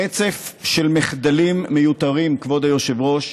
רצף של מחדלים מיותרים, כבוד היושב-ראש,